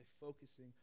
focusing